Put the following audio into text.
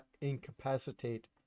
incapacitate